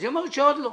והיא אומרת שעוד לא.